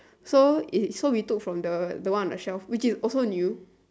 so it so we took from the the one on the shelf which is also new